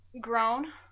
Grown